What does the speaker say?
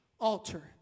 altar